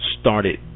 started